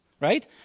right